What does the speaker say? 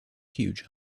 huge